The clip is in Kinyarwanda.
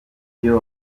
ivyo